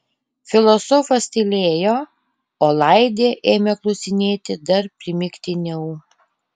filosofas tylėjo o laidė ėmė klausinėti dar primygtiniau